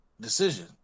Decision